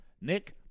Nick